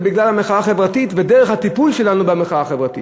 זה בגלל המחאה החברתית ודרך הטיפול שלנו במחאה החברתית.